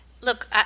Look